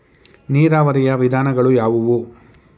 ನೀರಾವರಿಯ ವಿಧಾನಗಳು ಯಾವುವು?